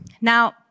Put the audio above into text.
Now